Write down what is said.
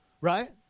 Right